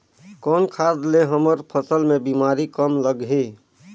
कौन खाद ले हमर फसल मे बीमारी कम लगही?